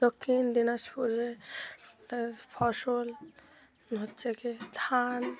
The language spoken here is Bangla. দক্ষিণ দিনাজপুরের ফসল হচ্ছে কি ধান